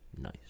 Nice